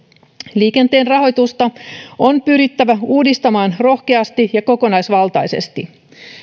liikenteen rahoitusta on pyrittävä uudistamaan rohkeasti ja kokonaisvaltaisesti